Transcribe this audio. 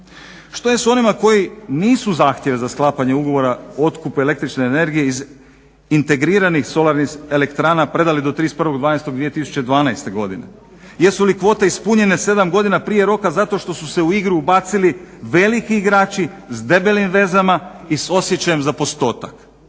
Što je s onima koji nisu zahtjev za sklapanje ugovora o otkupu električne energije iz integriranih solarnih elektrana predali do 31.12.2012. godine. Jesu li kvote ispunjene sedam godina prije roka zato što su se u igru ubacili veliki igrači sa debelim vezama i s osjećajem za postotak.